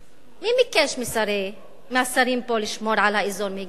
מי ביקש מהשרים פה לשמור על האזור מהגמוניה שיעית?